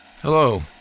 Hello